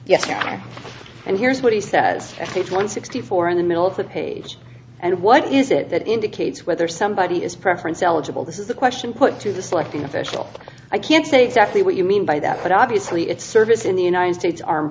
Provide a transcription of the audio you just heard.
no and here's what he said as i think one sixty four in the middle of the page and what is it that indicates whether somebody is preference eligible this is the question put to the selecting official i can't say exactly what you mean by that but obviously it's service in the united states armed